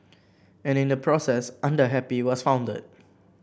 and in the process Under Happy was founded